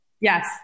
Yes